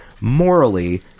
morally